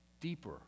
deeper